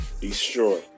Destroy